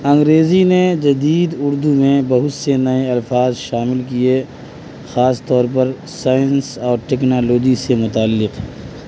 انگریزی نے جدید اردو میں بہت سے نئے الفاظ شامل کیے خاص طور پر سائنس اور ٹیکنالوجی سے متعلق